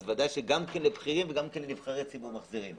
גם לבכירים ולנבחרי ציבור מחזירים.